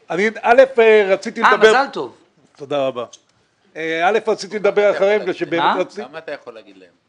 אני לא אחזור על כל מה שתמיר אמר כי מה שהוא אמר,